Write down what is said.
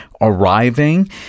arriving